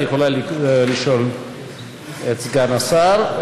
את יכולה לשאול את סגן השר,